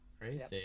crazy